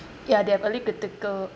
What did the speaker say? yeah they have early critical